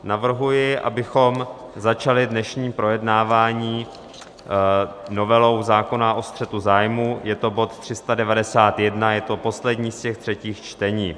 Navrhuji, abychom začali dnešní projednávání novelou zákona o střetu zájmů, je to bod 391, je to poslední z těch třetích čtení.